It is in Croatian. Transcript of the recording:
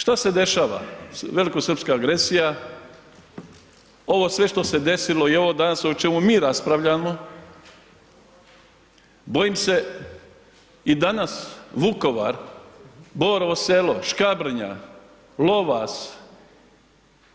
Šta se dešava, velikosrpska agresija, ovo sve što se desilo i ovo danas o čemu mi raspravljamo bojim se i danas Vukovar, Borovo selo, Škabrnja, Lovas,